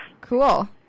Cool